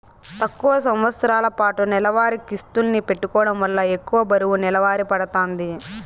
తక్కువ సంవస్తరాలపాటు నెలవారీ కిస్తుల్ని పెట్టుకోవడం వల్ల ఎక్కువ బరువు నెలవారీ పడతాంది